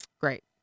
great